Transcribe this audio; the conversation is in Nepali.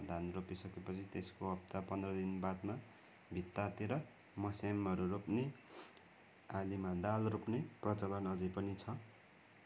धान रोपिसकेपछि त्यसको हप्ता पन्ध्र दिन बादमा भित्तातिर मसेमहरू रोप्ने आलीमा दाल रोप्ने प्रचलन अझै पनि छ